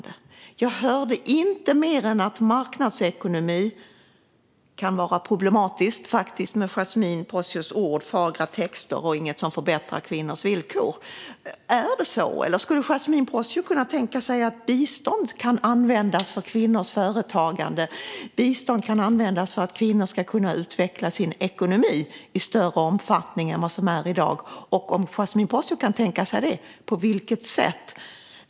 Jag hörde inte mer än att marknadsekonomi kan vara problematisk och att det är fagra texter och inget som förbättrar kvinnors villkor. Är det så? Eller kan Yasmine Posio tänka sig att bistånd kan användas för kvinnors företagande och för att kvinnor ska kunna utveckla sin ekonomi i större omfattning än i dag? Om Yasmine Posio kan tänka sig detta, på vilket sätt?